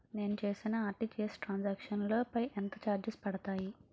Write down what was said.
నేను చేసిన RTGS transaction లో పై ఎంత చార్జెస్ పడతాయి?